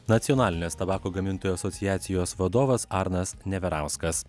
nacionalinės tabako gamintojų asociacijos vadovas arnas neverauskas